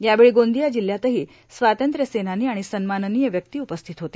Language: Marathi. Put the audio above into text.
यावेळी गोंदिया जिल्ह्यातही स्वातंत्र्यसेनानी आणि सन्माननीय व्यक्ती उपस्थित होते